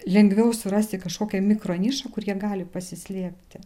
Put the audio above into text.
lengviau surasti kažkokią mikronišą kur jie gali pasislėpti